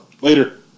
Later